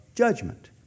Judgment